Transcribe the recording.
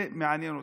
זה מעניין אותי.